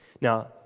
Now